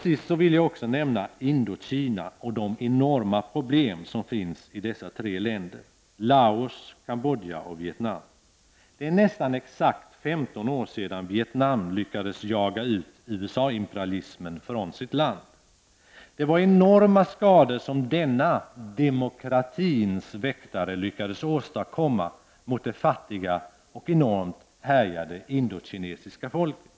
Sedan vill jag också nämna Indokina, med tanke på de enorma problem som finns i de tre länderna Laos, Kambodja och Vietnam. Det är nästan exakt 15 år sedan Vietnam lyckades jaga ut USA-imperialisterna från sitt land. Det var enorma skador som denna demokratins väktare lyckades åstadkomma hos det fattiga och efter härjningar enormt utsatta indokinesiksa folket.